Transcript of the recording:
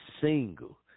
single